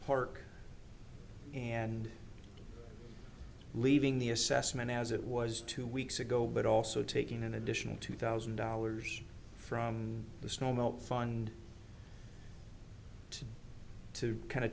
park and leaving the assessment as it was two weeks ago but also taking an additional two thousand dollars from the snowmelt fund to kind of